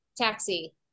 taxi